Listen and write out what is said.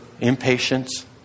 impatience